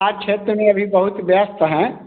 आज क्षेत्र में अभी बहुत व्यस्त हैं